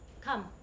Come